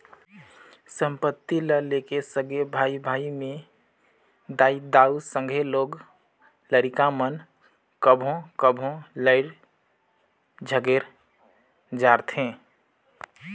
संपत्ति ल लेके सगे भाई भाई में दाई दाऊ, संघे लोग लरिका मन कभों कभों लइड़ झगेर धारथें